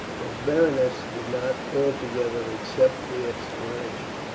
but berenice did not altogether accept the explanation.